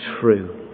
true